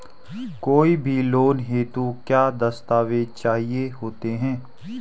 कोई भी लोन हेतु क्या दस्तावेज़ चाहिए होते हैं?